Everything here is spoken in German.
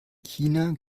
china